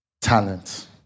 talent